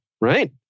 right